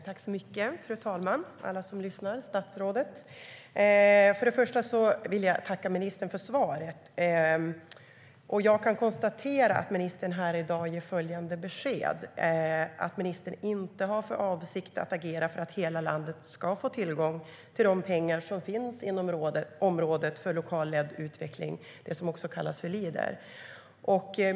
Fru talman, alla som lyssnar och statsrådet! Först och främst vill jag tacka ministern för svaret. Jag kan konstatera att ministern ger följande besked i dag, nämligen att ministern inte har för avsikt att agera för att hela landet ska få tillgång till de pengar som finns inom området för lokalt ledd utveckling - det som också kallas Leader.